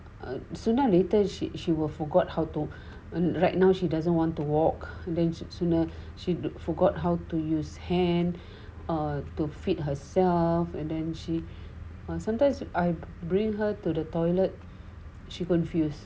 uh sooner or later she she will forgot how to err right now she doesn't want to walk and then sooner she forgot how to use hand or to feed herself and then she like sometimes I bring her to the toilet she confused